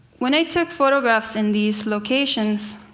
when i took photographs in these locations,